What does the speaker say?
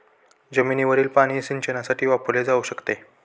जमिनीवरील पाणी सिंचनासाठी वापरले जाऊ शकते